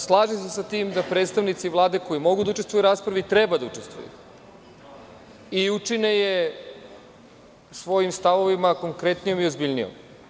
Slažem se sa tim da predstavnici Vlade koji mogu da učestvuju u raspravi i treba da učestvuju i učine je svojim stavovima konkretnijom i obziljnijom.